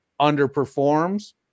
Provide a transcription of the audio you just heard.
underperforms